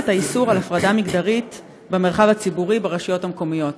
את האיסור על הפרדה מגדרית במרחב הציבורי ברשויות המקומיות.